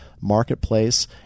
marketplace